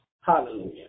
hallelujah